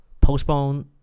postpone